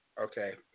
Okay